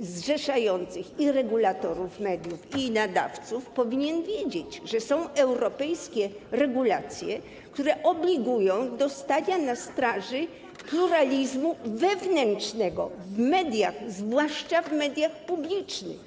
zrzeszających i regulatorów mediów, i nadawców, powinien wiedzieć, że są europejskie regulacje, które obligują do stania na straży pluralizmu wewnętrznego w mediach, zwłaszcza w mediach publicznych.